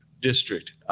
district